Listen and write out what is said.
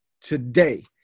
today